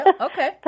Okay